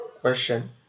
question